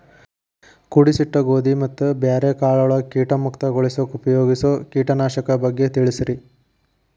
ಕೂಡಿಸಿಟ್ಟ ಗೋಧಿ ಮತ್ತ ಬ್ಯಾರೆ ಕಾಳಗೊಳ್ ಕೇಟ ಮುಕ್ತಗೋಳಿಸಾಕ್ ಉಪಯೋಗಿಸೋ ಕೇಟನಾಶಕದ ಬಗ್ಗೆ ತಿಳಸ್ರಿ